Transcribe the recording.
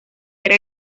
era